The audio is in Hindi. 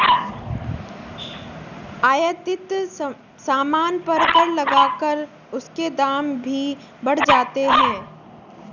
आयातित सामान पर कर लगाकर उसके दाम भी बढ़ जाते हैं